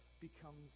becomes